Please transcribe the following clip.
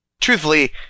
Truthfully